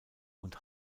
und